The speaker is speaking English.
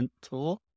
tool